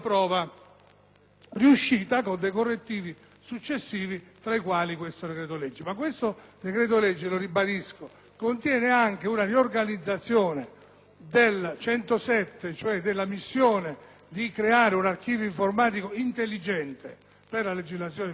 riuscita, con correttivi successivi, tra i quali questo decreto-legge.